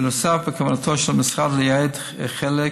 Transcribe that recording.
בנוסף, בכוונתו של המשרד, לייעד חלק